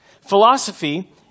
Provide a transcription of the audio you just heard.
Philosophy